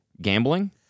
Gambling